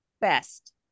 best